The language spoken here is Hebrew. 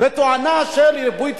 בטענה של ריבוי טבעי,